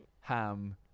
ham